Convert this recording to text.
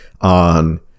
on